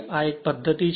આ એક પદ્ધતિ છે